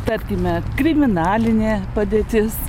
tarkime kriminalinė padėtis